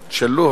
לוב,